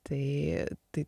tai tai